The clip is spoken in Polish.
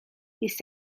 jest